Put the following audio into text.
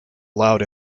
allowed